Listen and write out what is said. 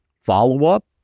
follow-up